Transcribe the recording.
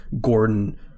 Gordon